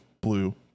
blue